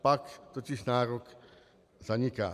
Pak totiž nárok zaniká.